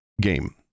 game